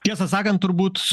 tiesą sakant turbūt